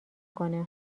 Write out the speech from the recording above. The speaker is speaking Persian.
کنه